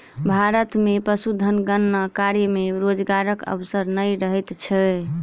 भारत मे पशुधन गणना कार्य मे रोजगारक अवसर नै रहैत छै